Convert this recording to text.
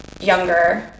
younger